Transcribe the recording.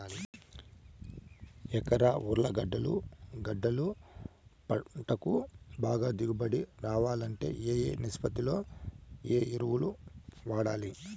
ఎకరా ఉర్లగడ్డలు గడ్డలు పంటకు బాగా దిగుబడి రావాలంటే ఏ ఏ నిష్పత్తిలో ఏ ఎరువులు వాడాలి?